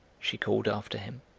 she called after him.